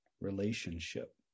relationship